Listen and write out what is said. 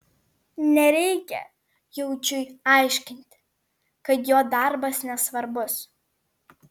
nereikia jaučiui aiškinti kad jo darbas nesvarbus